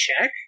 check